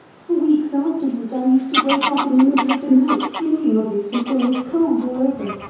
for weeks afterward i used to wake up in the middle of the night thinking of it and going cold all over.